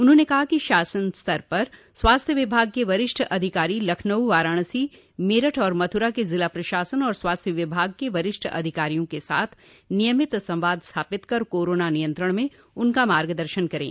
उन्होंने कहा कि शासन स्तर प पर स्वास्थ्य विभाग के वरिष्ठ अधिकारी लखनऊ वाराणसी मेरठ और मथूरा के जिला प्रशासन तथा स्वास्थ्य विभाग के वरिष्ठ अधिकारियों के साथ नियमित संवाद स्थापित कर कोरोना नियंत्रण में उनका मार्गदर्शन करें